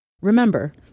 Remember